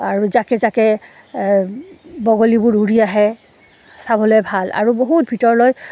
আৰু যাকে যাকে বগলীবোৰ উৰি আহে চাবলৈ ভাল আৰু বহুত ভিতৰলৈ